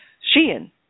Sheehan